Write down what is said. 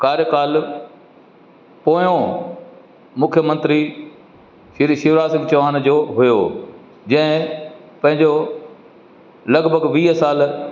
कार्य काल पोयों मुख्य मंत्री श्री शिवराज सिंग चौहान जो हुओ जंहिं पंहिंजो लॻभॻि वीह साल